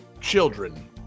children